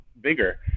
bigger